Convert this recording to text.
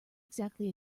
exactly